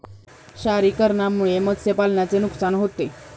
क्षारीकरणामुळे मत्स्यपालनाचे नुकसान होते